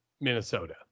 minnesota